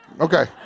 Okay